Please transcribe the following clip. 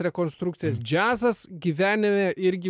rekonstrukcijas džiazas gyvenime irgi